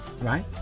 right